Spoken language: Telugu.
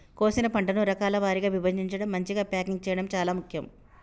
కోసిన పంటను రకాల వారీగా విభజించడం, మంచిగ ప్యాకింగ్ చేయడం చాలా ముఖ్యం